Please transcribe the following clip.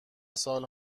سال